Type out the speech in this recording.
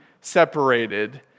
separated